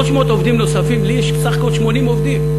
300 עובדים נוספים, לי יש בסך הכול 80 עובדים.